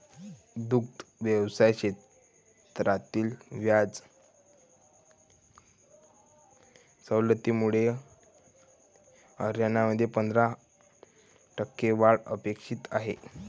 दुग्ध व्यवसाय क्षेत्रातील व्याज सवलतीमुळे हरियाणामध्ये पंधरा टक्के वाढ अपेक्षित आहे